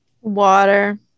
water